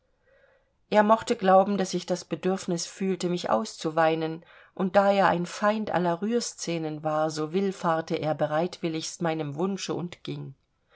er mochte glauben daß ich das bedürfnis fühlte mich auszuweinen und da er ein feind aller rührscenen war so willfahrte er bereitwilligst meinem wunsch und ging